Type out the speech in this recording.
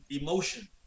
emotion